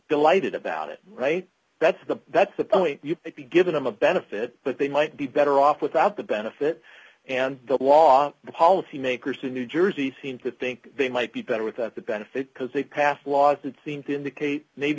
delighted about it right that's the that's the point you've been given i'm a benefit but they might be better off without the benefit and the law the policy makers in new jersey seem to think they might be better without the benefit because they passed laws that seem to indicate maybe